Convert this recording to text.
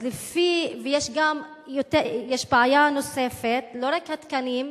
יש בעיה נוספת, לא רק התקנים,